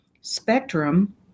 spectrum